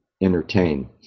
entertain